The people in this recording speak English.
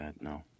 No